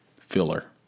filler